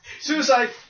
Suicide